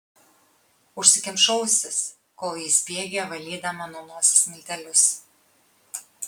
užsikimšau ausis kol ji spiegė valydama nuo nosies miltelius